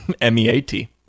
M-E-A-T